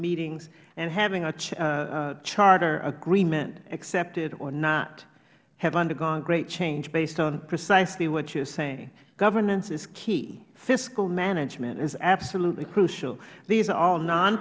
meetings and having a charter agreement accepted or not have undergone great change based on precisely what you are saying governance is key fiscal management is absolutely crucial these are all